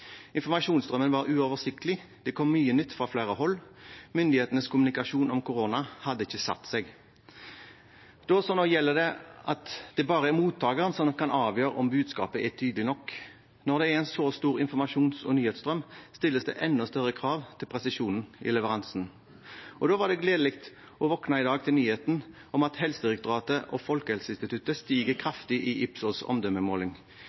Informasjonsstrømmen var uoversiktlig. Det kom mye nytt fra flere hold, myndighetenes kommunikasjon om korona hadde ikke satt seg. Da som nå gjelder det at det bare er mottakeren som kan avgjøre om budskapet er tydelig nok. Når det er en så stor informasjons- og nyhetsstrøm, stilles det enda større krav til presisjon i leveransen. Da var det gledelig å våkne i dag til nyheten om at Helsedirektoratet og Folkehelseinstituttet stiger kraftig i Ipsos’ omdømmemåling.